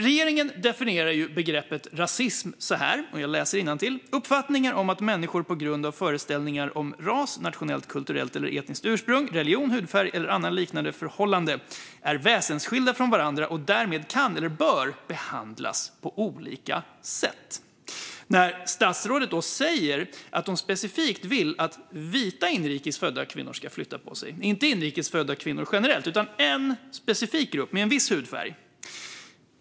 Regeringen definierar begreppet rasism som - jag läser innantill - uppfattningar om att människor på grund av föreställningar om ras, nationellt, kulturellt eller etniskt ursprung, religion, hudfärg eller annat liknande förhållande är väsensskilda från varandra och att de därmed kan eller bör behandlas på olika sätt. Statsrådet säger att hon specifikt vill att vita inrikes födda kvinnor ska flytta på sig. Det är alltså inte inrikes födda kvinnor generellt, utan en specifik grupp med en viss hudfärg.